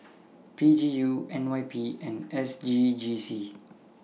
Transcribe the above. P G U N Y P and S G G C